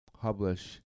publish